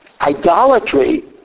idolatry